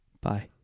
Bye